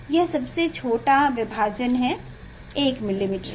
यह सबसे छोटा विभाजन है 1 मिलीमीटर का